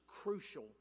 crucial